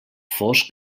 fosc